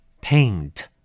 Paint